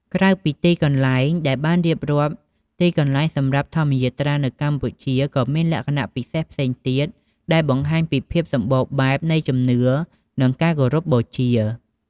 ក្រៅពីទីកន្លែងដែលបានរៀបរាប់ ទីកន្លែងសម្រាប់ធម្មយាត្រានៅកម្ពុជាក៏មានលក្ខណៈពិសេសផ្សេងទៀត ដែលបង្ហាញពីភាពសម្បូរបែបនៃជំនឿ និងការគោរពបូជា។